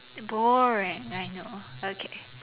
boring I know okay